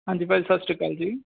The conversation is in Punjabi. ਹਾਂਜੀ ਭਾਅ ਜੀ ਸਤਿ ਸ਼੍ਰੀ ਅਕਾਲ ਜੀ